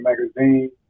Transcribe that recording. Magazine